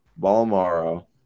Balamaro